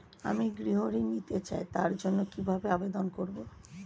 আমি গৃহ ঋণ নিতে চাই তার জন্য কিভাবে আবেদন করব?